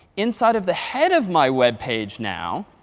inside of the head of my web page now,